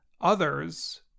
Others